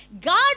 God